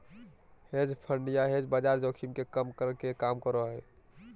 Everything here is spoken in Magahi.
हेज फंड या हेज बाजार जोखिम के कम करे के काम करो हय